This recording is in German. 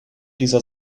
dieser